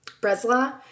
Bresla